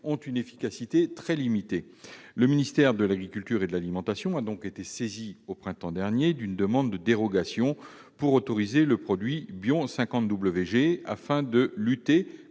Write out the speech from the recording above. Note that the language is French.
ont une efficacité limitée. Le ministère de l'agriculture et de l'alimentation a été saisi au printemps dernier d'une demande de dérogation visant à autoriser l'emploi du produit BION 50 WG pour la lutte